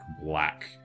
black